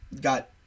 got